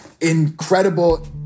incredible